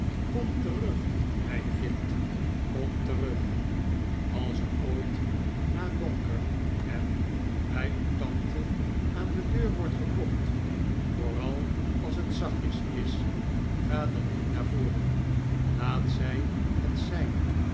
kom terug mijn kind kom terug als er ooit na donker ham bij uw tante aan de deur wordt geklopt vooral als het zachtjes is ga dan niet naar voren laat zij het zijn